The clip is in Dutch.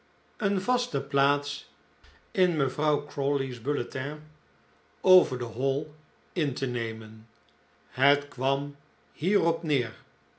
een vaste plaats in mevrouw crawley's bulletin over de hall in te nemen het kwam hierop neer